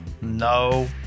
No